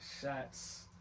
Shots